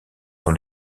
dans